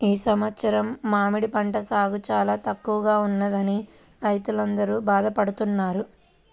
ఈ సంవత్సరం మామిడి పంట సాగు చాలా తక్కువగా ఉన్నదని రైతులందరూ బాధ పడుతున్నారు